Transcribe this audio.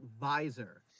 visor